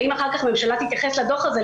ואם אחר כך ממשלה תתייחס לדוח הזה,